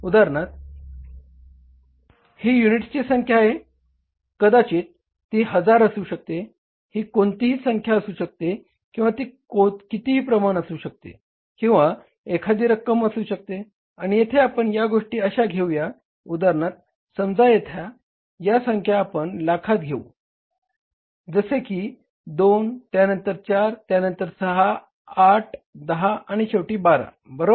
उदाहरणार्थ ही युनिट्सची संख्या आहे कदाचित ती हजार असू शकते ही कोणतीही संख्या असू शकते किंवा ती कितीही प्रमाण असू शकते किंवा एखादी रक्कम असू शकते आणि येथे आपण या गोष्टी अशा घेऊया उदाहरणार्थ समजा येथे या संख्या आपण लाखात घेऊ जसे की 2 त्यानंतर 4 नंतर 6 8 10 आणि शेवटी 12 बरोबर